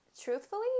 truthfully